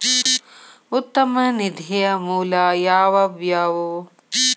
ಉತ್ತಮ ನಿಧಿಯ ಮೂಲ ಯಾವವ್ಯಾವು?